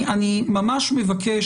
אני ממש מבקש,